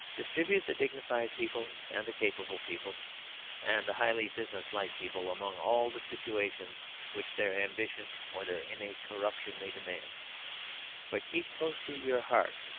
distribute the dignified people and the capable people and the highly business-like people among all the situations which their ambition or their innate corruption may demand but keep close to your heart,